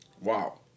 Wow